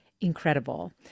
incredible